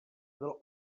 bylo